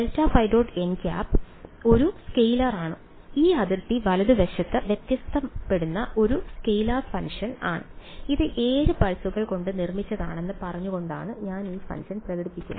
nˆ ഒരു സ്കെയിലർ ആണ് ഈ അതിർത്തി വലതുവശത്ത് വ്യത്യാസപ്പെടുന്ന ഒരു സ്കെയിലർ ഫംഗ്ഷൻ ഇത് 7 പൾസുകൾ കൊണ്ട് നിർമ്മിച്ചതാണെന്ന് പറഞ്ഞുകൊണ്ടാണ് ഞാൻ ഈ ഫംഗ്ഷൻ പ്രകടിപ്പിക്കുന്നത്